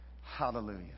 Hallelujah